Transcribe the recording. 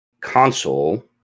console